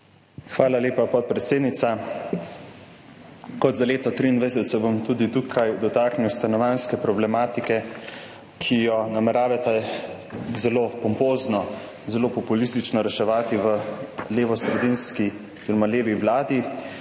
Hvala lepa, podpredsednica. Kot za leto 2023 se bom tudi tukaj dotaknil stanovanjske problematike, ki jo nameravate zelo pompozno, zelo populistično reševati v levosredinski oziroma levi vladi.